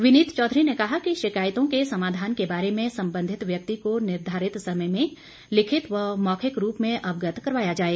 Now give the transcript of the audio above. विनीत चौधरी ने कहा कि शिकायतों के समाधान के बारे में संबंधित व्यक्ति को निर्धारित समय में लिखित व मौखिक रूप में अवगत करवाया जाए